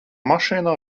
mašīnā